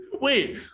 Wait